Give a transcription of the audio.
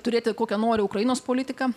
turėti kokią nori ukrainos politiką